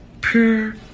pure